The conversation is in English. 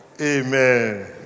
Amen